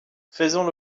faisons